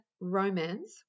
romance